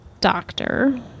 doctor